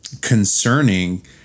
concerning